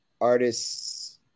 artists